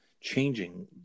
changing